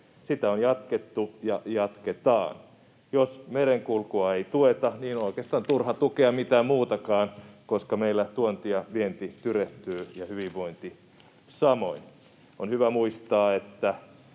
Sitä on jatkettu ja jatketaan. Jos merenkulkua ei tueta, niin on oikeastaan turha tukea mitään muutakaan, koska meillä tuonti ja vienti tyrehtyvät ja hyvinvointi samoin. On hyvä muistaa, että